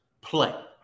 play